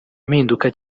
mpinduka